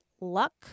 luck